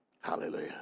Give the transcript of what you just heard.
hallelujah